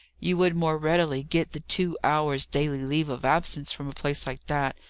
you would more readily get the two hours' daily leave of absence from a place like that,